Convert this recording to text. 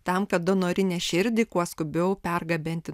tam kad donorinę širdį kuo skubiau pergabenti